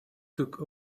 took